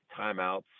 timeouts